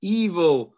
evil